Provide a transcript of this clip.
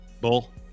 Bull